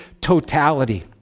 totality